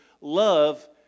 love